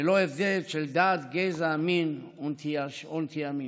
ללא הבדלי דת, גזע, מין ונטייה מינית.